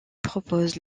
propose